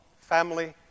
family